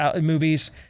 movies